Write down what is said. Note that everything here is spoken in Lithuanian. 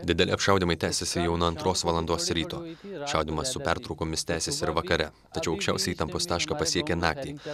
dideli apšaudymai tęsiasi jau nuo antros valandos ryto šaudymas su pertraukomis tęsiasi ir vakare tačiau aukščiausią įtampos tašką pasiekė naktį